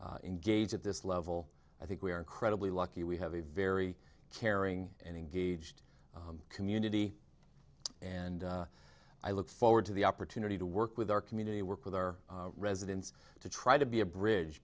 be engaged at this level i think we are incredibly lucky we have a very caring and engaged community and i look forward to the opportunity to work with our community work with our residents to try to be a bridge